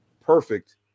perfect